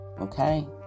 Okay